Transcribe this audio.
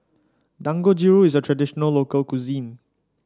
dangojiru is a traditional local cuisine